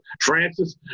Francis